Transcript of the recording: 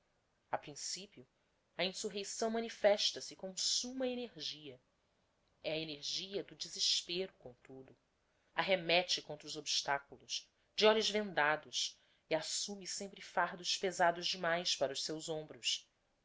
a principio a insurreição manifesta-se com summa energia é a energia do desespero comtudo arremete contra os obstaculos de olhos vendados e assumme sempre fardos pesados demais para os seus hombros